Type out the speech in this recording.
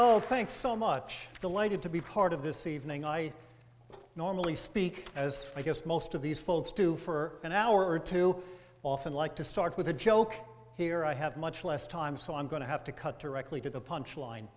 oh thanks so much delighted to be part of this evening i normally speak as i guess most of these folks do for an hour or two often like to start with a joke here i have much less time so i'm going to have to cut directly to the punchline